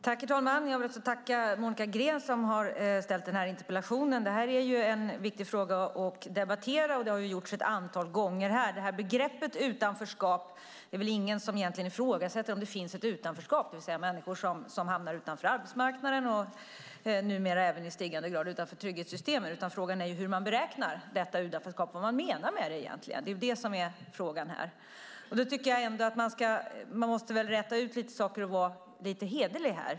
Herr talman! Också jag vill tacka Monica Green som ställt interpellationen. Vi har här en viktig fråga att debattera, vilket gjorts ett antal gånger i denna kammare. Det är väl ingen som egentligen ifrågasätter om det finns ett utanförskap - människor som hamnar utanför arbetsmarknaden och numera även i ökande grad utanför trygghetssystemen. Frågan är i stället hur man beräknar detta utanförskap och vad man egentligen menar med begreppet utanförskap. Man måste väl ändå räta ut en del frågetecken och vara lite hederlig här.